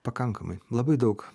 pakankamai labai daug